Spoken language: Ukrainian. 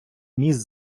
міст